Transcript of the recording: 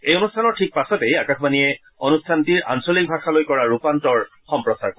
এই অনুষ্ঠানৰ ঠিক পাছতে আকাশবাণীয়ে অনুষ্ঠানটিৰ আঞ্চলিক ভাষালৈ কৰা ৰূপান্তৰ সম্প্ৰচাৰ কৰিব